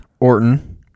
Orton